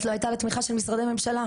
לא הייתה לה תמיכה של משרדי ממשלה.